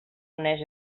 uneix